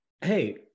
hey